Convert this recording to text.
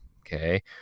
okay